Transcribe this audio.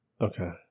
Okay